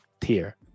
tier